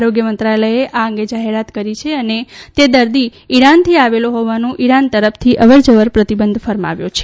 આરોગ્ય મંત્રાલયે આ અંગે જાહેરાત કરી છે અને તે દર્દી ઇરાનથી આવેલો હોવાથી ઇરાન તરફની અવરજવર પર પ્રતિબંધ ફરમાવ્યો છે